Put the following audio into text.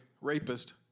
rapist